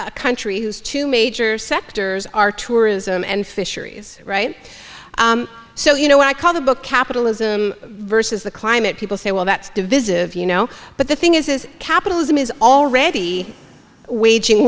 a country whose two major sectors are tourism and fisheries right so you know what i call the book capitalism versus the climate people say well that's divisible you know but the thing is is capitalism is already waging